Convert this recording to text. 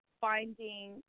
finding